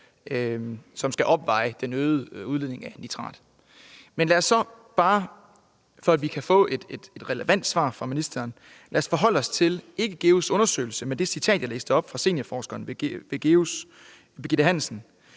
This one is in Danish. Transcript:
som skal opveje den øgede udledning af nitrat. Men lad os så bare, for at vi kan få et relevant svar fra ministeren, forholde os ikke til GEUS' undersøgelse, men til det citat, jeg læste op, fra seniorforskeren ved GEUS, Birgitte Hansen.